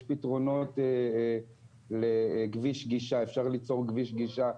יש פתרונות לכביש גישה,